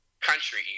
country